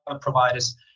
providers